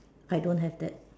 I don't have that